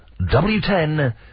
W10